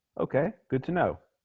okay, good to know.